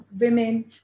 women